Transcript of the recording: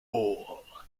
all